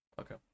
Okay